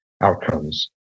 outcomes